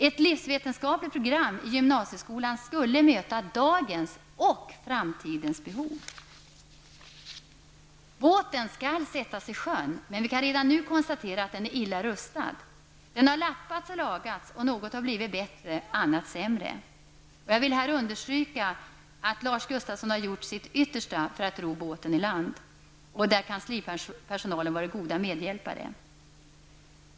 Ett livsvetenskapligt program i gymnasieskolan skulle möta dagens och framtidens behov. Båten skall sättas i sjön, men vi kan redan nu konstatera att den är illa rustad. Den har lappats och lagats. Något har blivit bättre, annat sämre. Jag vill understryka här att Lars Gustafsson har gjort sitt yttersta för att ro båten i land, och där har kanslipersonalen varit goda medhjälpare.